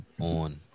on